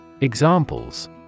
Examples